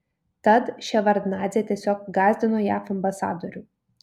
tad ševardnadzė tiesiog gąsdino jav ambasadorių